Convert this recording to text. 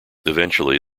eventually